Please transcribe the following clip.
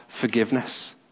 forgiveness